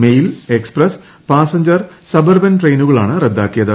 mail express passenger suburban ട്രെയിനുകളാണ് റദ്ദാക്കിയത്